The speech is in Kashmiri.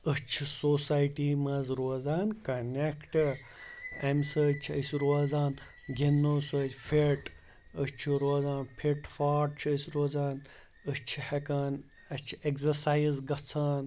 أسۍ چھِ سوسایٹی منٛز روزان کَنٮ۪کٹہٕ اَمہِ سۭتۍ چھِ أسۍ روزان گِنٛدنہٕ سۭتۍ فِٹ أسۍ چھِ روزان فِٹ فاٹ چھِ أسۍ روزان أسۍ چھِ ہیٚکان اَسہِ چھِ ایٚکزَرسایِز گژھان